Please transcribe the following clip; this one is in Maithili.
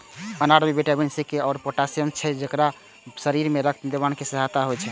अनार मे विटामिन सी, के आ पोटेशियम होइ छै आ शरीर मे रक्त निर्माण मे सहायक होइ छै